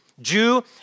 Jew